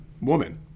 woman